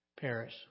Paris